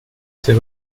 sehr